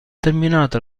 terminata